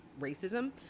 racism